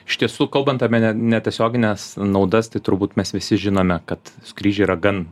iš tiesų kalbant apie ne netiesiogines naudas tai turbūt mes visi žinome kad skrydžiai yra gan